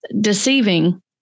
deceiving